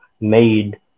made